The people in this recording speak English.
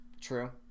True